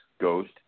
ghost